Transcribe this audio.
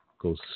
Goes